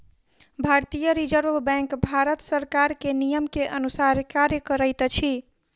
भारतीय reserve bank Bharat सरकार के नियम के अनुसार कार्य करैत अछि